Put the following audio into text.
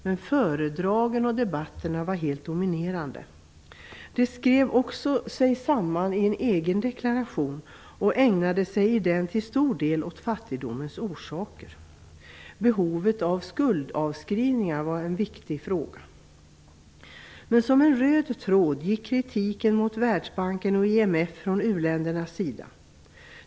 Men föredragen och debatterna var helt dominerande. De skrev sig också samman om en egen deklaration, i vilken de till stor del ägnade sig åt fattigdomens orsaker. Behovet av skuldavskrivningar var en viktig fråga. Men som en röd tråd gick kritiken mot Världsbanken och IMF från u-ländernas sida.